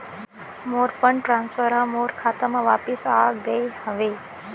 मोर fund transfer हा मोर खाता मा वापिस आ गे हवे